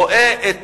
רואה את